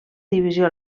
divisió